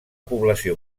població